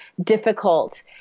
difficult